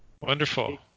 wonderful